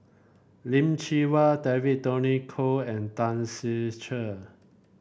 Lim Chee Wai David Tony Khoo and Tan Ser Cher